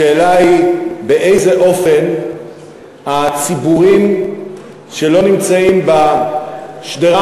השאלה היא באיזה אופן הציבורים שלא נמצאים בשדרה